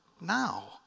now